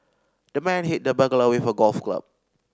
the man hit the burglar with a golf club